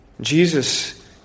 Jesus